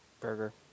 Burger